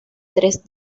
tres